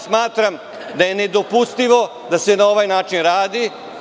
Smatram da je nedopustivo da se na ovaj način radi.